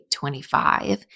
25